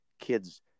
kids